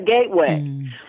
gateway